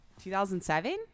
2007